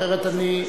אחרת אני,